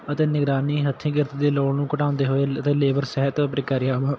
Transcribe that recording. ਅਤੇ ਨਿਗਰਾਨੀ ਹੱਥੀਂ ਗਿਰਫਤ ਦੀ ਲੋੜ ਨੂੰ ਘਟਾਉਂਦੇ ਹੋਏ ਲੇ ਅਤੇ ਲੇਬਰ ਸਹਿਤ ਪ੍ਰਕਿਰਿਆਵਾਂ